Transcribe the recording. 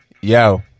yo